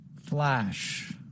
Flash